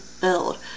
build